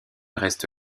reste